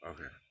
Okay